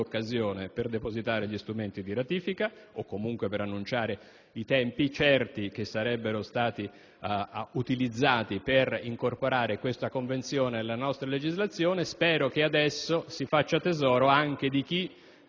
per depositare gli strumenti di ratifica o comunque per annunciare i tempi certi che sarebbero stati utilizzati per incorporare questa Convenzione nella nostra legislazione. Spero che adesso si faccia tesoro anche delle